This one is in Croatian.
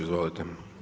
Izvolite.